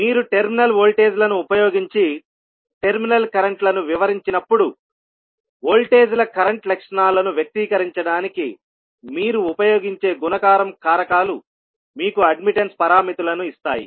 మీరు టెర్మినల్ వోల్టేజ్లను ఉపయోగించి టెర్మినల్ కరెంట్ లను వివరించినప్పుడు వోల్టేజ్ల కరెంట్ లక్షణాలను వ్యక్తీకరించడానికి మీరు ఉపయోగించే గుణకారం కారకాలు మీకు అడ్మిట్టన్స్ పారామితులను ఇస్తాయి